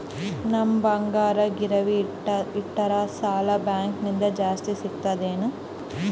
ನಮ್ ಬಂಗಾರ ಗಿರವಿ ಇಟ್ಟರ ಸಾಲ ಬ್ಯಾಂಕ ಲಿಂದ ಜಾಸ್ತಿ ಸಿಗ್ತದಾ ಏನ್?